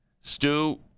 Stu